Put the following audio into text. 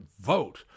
vote